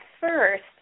first